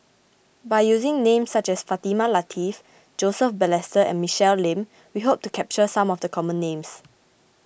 by using names such as Fatimah Lateef Joseph Balestier and Michelle Lim we hope to capture some of the common names